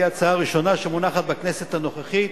ההצעה הראשונה שמונחת בכנסת הנוכחית